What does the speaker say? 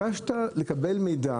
מבקשת מידע